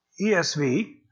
ESV